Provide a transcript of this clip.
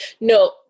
No